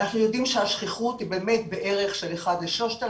אנחנו יודעים שהשכיחות היא בערך של אחד ל-3,000,